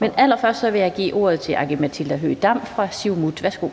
Allerførst vil jeg give ordet til Aki-Matilda Høegh-Dam fra Siumut. Værsgo.